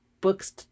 books